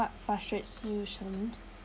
what frustrates you shams